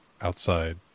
outside